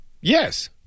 Yes